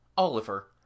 Oliver